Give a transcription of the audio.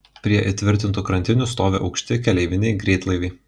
prie įtvirtintų krantinių stovi aukšti keleiviniai greitlaiviai